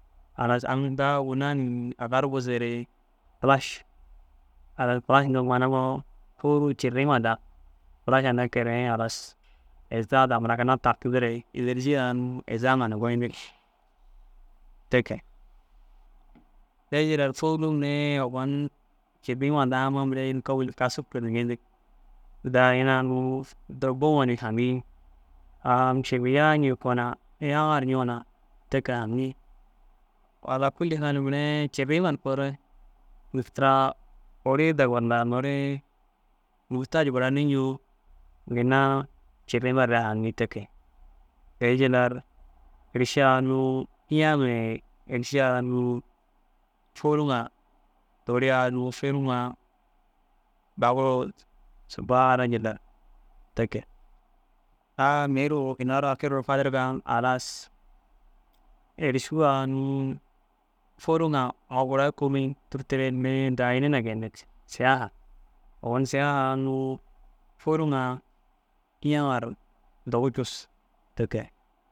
Halas aŋ daa uũgunna ni agar buzu re pulaš. Halas « pulaš » indoo, mana ma fôruu ciirima daa furaša nakere halas êza daa mura ginna tartindi re ênerji aa unnu êzaa ŋa na goyindig te ke. Te jillar fôruu mire ogon ciriima daa amma mire ini komil kasug ke ni geyindig daa ina unnu duro buŋa ni haŋii ai mîšil yaaŋikoo na yaaŋar ŋoo na te ke haŋi. Ala kûlli hal mire ciriima ru koore ini tira owori daak walla noore muhutaj buraniŋoo ginna cirrimar re haŋi te ke. Te jillar êriši a unnu iyaa ŋa ye, êriši a unnu fôruu ŋa toore a unnu fôruu ŋa dagu ru subba ara jillar te ke. A mire ginna ru akiru fadirga halas, êrišuu a unnu fôruu ŋa amma gura i kôomil tûrteere mire daa ini na geeyindigi siyaaha. Ogon siyaaha a unnu fôruu ŋa iyaã ŋa ru dogu cussu te ke.